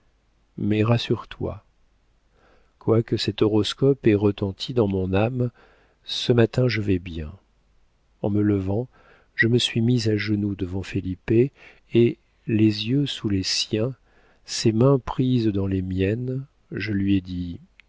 mais rassure-toi quoique cet horoscope ait retenti dans mon âme ce matin je vais bien en me levant je me suis mise à genoux devant felipe et les yeux sous les siens ses mains prises dans les miennes je lui ai dit